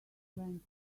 went